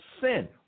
sin